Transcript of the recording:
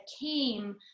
came